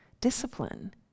Discipline